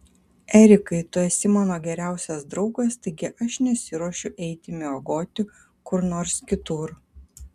erikai tu esi mano geriausias draugas taigi aš nesiruošiu eiti miegoti kur nors kitur